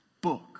book